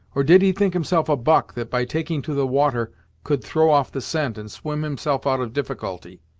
or did he think himself a buck, that by taking to the water could throw off the scent and swim himself out of difficulty?